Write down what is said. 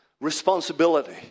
responsibility